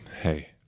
hey